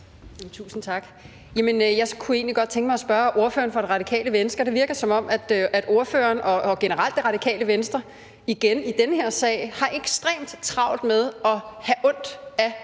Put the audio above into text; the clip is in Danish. Tusind tak. Jeg kunne egentlig godt tænke mig at spørge ordføreren for Det Radikale Venstre om noget. Det virker, som om ordføreren og generelt Det Radikale Venstre igen i den her sag har ekstremt travlt med at have ondt af terrorister